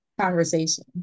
conversation